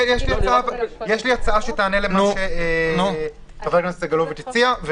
יש לי הצעה שתענה למה שחבר הכנסת סגלוביץ' הציע,